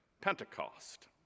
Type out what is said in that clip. Pentecost